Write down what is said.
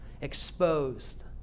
exposed